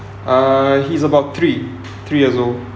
uh he's about three three years old